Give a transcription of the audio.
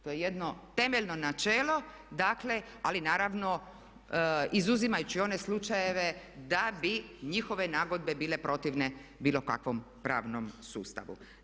To je jedno temeljno načelo, dakle ali naravno izuzimajući one slučajeve da bi njihove nagodbe bile protivne bilo kakvom pravnom sustavu.